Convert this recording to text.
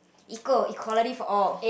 equal equality for all